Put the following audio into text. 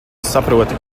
saproti